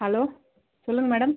hello சொல்லுங்கள் madam